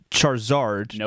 Charizard